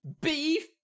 beef